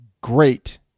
great